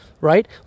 right